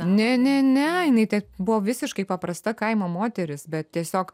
ne ne ne jinai ten buvo visiškai paprasta kaimo moteris bet tiesiog